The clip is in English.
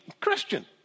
Christian